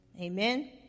Amen